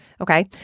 Okay